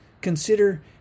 Consider